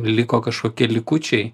liko kažkokie likučiai